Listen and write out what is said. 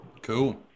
cool